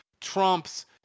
trumps